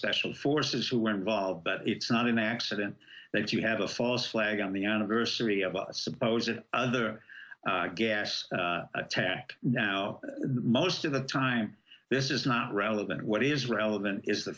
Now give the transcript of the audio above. special forces who are involved but it's not an accident that you have a false flag on the anniversary of a suppose that other gas attack now most of the time this is not relevant what is relevant is the